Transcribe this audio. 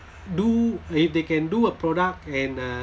do if they can do a product and uh